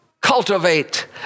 cultivate